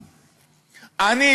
אני,